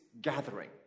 gathering